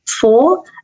Four